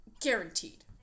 guaranteed